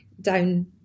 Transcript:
down